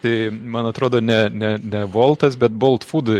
tai man atrodo ne ne ne woltas bet bolt food